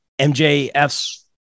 MJF's